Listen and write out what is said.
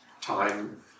time